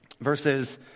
Verses